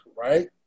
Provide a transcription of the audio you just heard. right